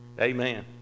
Amen